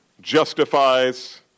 justifies